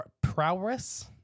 prowess